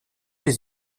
les